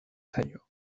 zaio